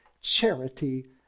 Charity